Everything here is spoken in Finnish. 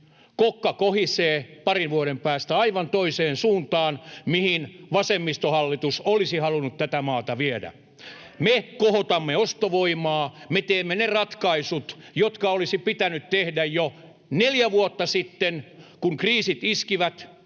Kokka kohisee parin vuoden päästä aivan toiseen suuntaan kuin vasemmistohallitus olisi halunnut tätä maata viedä. Me kohotamme ostovoimaa. Me teemme ne ratkaisut, jotka olisi pitänyt tehdä jo neljä vuotta sitten, kun kriisit iskivät.